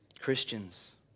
Christians